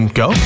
go